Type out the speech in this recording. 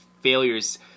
failures